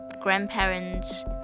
grandparents